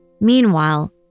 Meanwhile